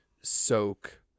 soak